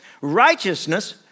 Righteousness